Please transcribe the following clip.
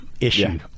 issue